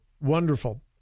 wonderful